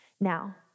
Now